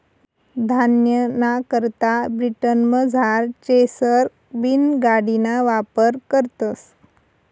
धान्यना करता ब्रिटनमझार चेसर बीन गाडिना वापर करतस